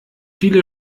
viele